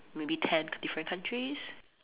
maybe ten different countries